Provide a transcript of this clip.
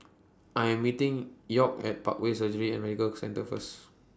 I Am meeting York At Parkway Surgery and Medical Centre First